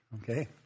Okay